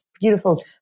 beautiful